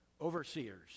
Overseers